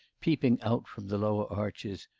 peeping out from the lower arches,